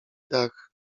dach